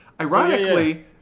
Ironically